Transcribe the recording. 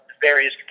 various